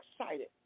excited